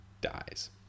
dies